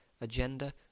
agenda